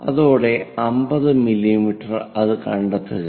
അതോടെ 50 മില്ലീമീറ്റർ അത് കണ്ടെത്തുക